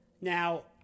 Now